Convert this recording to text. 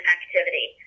Activity